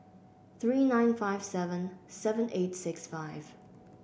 three nine five seven seven eight six five